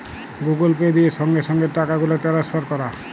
Google Pay দিয়ে সংগে সংগে টাকাগুলা টেলেসফার ক্যরা